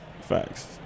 facts